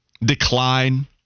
decline